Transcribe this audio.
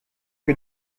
que